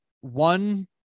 one